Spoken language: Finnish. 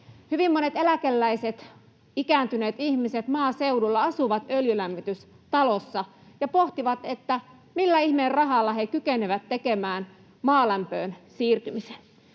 Hyvin monet eläkeläiset, ikääntyneet ihmiset maaseudulla asuvat öljylämmitystalossa ja pohtivat, millä ihmeen rahalla he kykenevät tekemään maalämpöön siirtymisen.